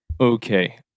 Okay